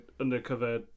undercover